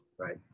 right